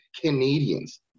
Canadians